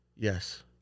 Yes